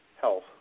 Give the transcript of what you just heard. health